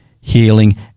healing